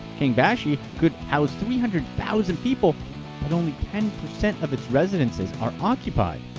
kangbashi could house three hundred thousand people, but only ten percent of its residences are occupied.